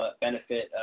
benefit